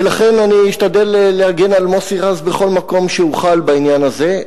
ולכן אני אשתדל להגן על מוסי רז בכל מקום שאוכל בעניין הזה,